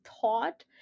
thought